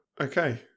Okay